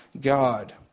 God